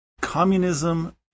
communism